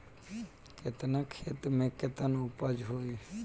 केतना खेत में में केतना उपज होई?